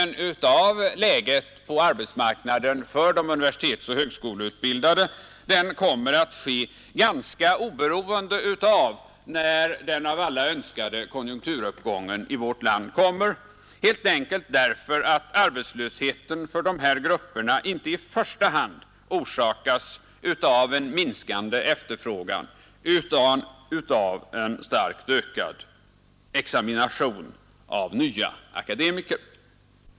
Denna försämring av läget på arbetsmarknaden för de universitetsoch högskoleutbildade kommer att ske ganska oberoende av den av alla önskade konjunkturuppgången i vårt land, helt enkelt därför att arbetslösheten för de här grupperna inte i första hand orsakas av en minskande efterfrågan utan av en starkt ökad examination av nya akademiker.